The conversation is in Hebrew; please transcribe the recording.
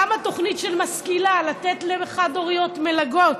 גם התוכנית "משכילה" לתת לאימהות חד-הוריות מלגות,